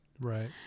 Right